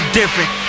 different